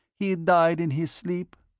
he died in his sleep?